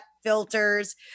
filters